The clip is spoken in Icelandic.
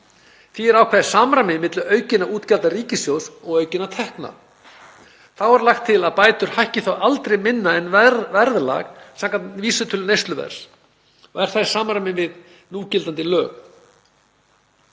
Því er ákveðið samræmi á milli aukinna útgjalda ríkissjóðs og aukinna tekna. Þá er lagt til að bætur hækki þó aldrei minna en verðlag samkvæmt vísitölu neysluverðs og er það í samræmi við núgildandi lög.